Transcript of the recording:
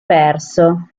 perso